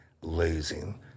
losing